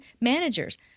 managers